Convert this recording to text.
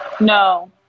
No